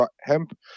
hemp